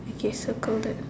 okay circle that